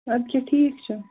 اَدٕ کیٛاہ ٹھیٖک چھُ